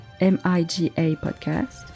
M-I-G-A-Podcast